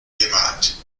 bemalt